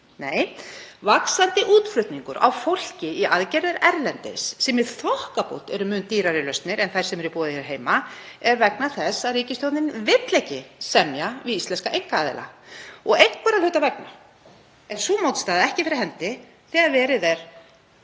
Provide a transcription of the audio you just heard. Nei, vaxandi útflutningur á fólki í aðgerðir erlendis, sem í þokkabót eru mun dýrari lausnir en þær sem eru í boði hér heima, er vegna þess að ríkisstjórnin vill ekki semja við íslenska einkaaðila og einhverra hluta vegna er sú mótstaða ekki fyrir hendi þegar verið er